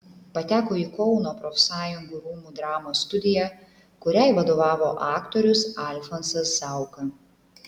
pateko į kauno profsąjungų rūmų dramos studiją kuriai vadovavo aktorius alfonsas zauka